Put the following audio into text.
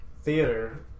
theater